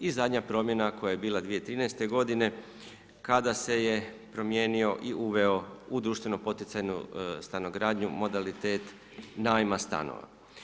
I zadnja promjena koja je bila 2013. godine kada se je promijenio i uveo u društveno poticajnu stanogradnju modalitet najma stanova.